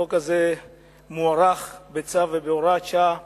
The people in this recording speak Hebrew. החוק הזה מוארך בצו ובהוראת שעה,